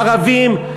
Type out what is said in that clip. ערבים,